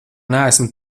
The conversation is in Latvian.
neesmu